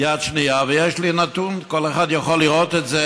יד שנייה, ויש לי נתון, כל אחד יכול לראות את זה: